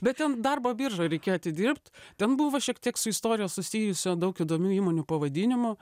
bet ten darbo biržoj reikia atidirbt ten buvo šiek tiek su istorija susijusio daug įdomių įmonių pavadinimų